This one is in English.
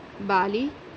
Bali